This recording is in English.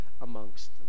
amongst